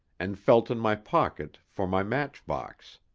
and felt in my pocket for my matchbox.